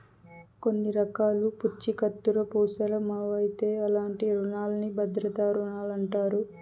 కొన్ని రకాల పూఛీకత్తులవుసరమవుతే అలాంటి రునాల్ని భద్రతా రుణాలంటారు